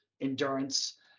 endurance